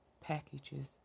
packages